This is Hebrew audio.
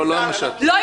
לא שמעתי מה הטילו.